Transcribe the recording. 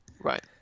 right